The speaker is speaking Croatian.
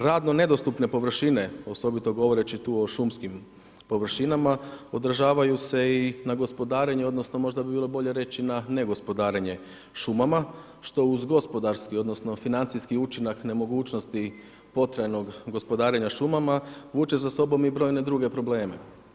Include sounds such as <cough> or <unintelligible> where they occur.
Radno nedostupne površine, osobito govoreći tu o šumskim površinama održavaju se i na gospodarenju, odnosno možda bi bilo bolje reći na ne gospodarenje šumama, što uz gospodarski odnosno financijski učinak nemogućnosti ... <unintelligible> gospodarenja šumama vuče za sobom i brojne druge probleme.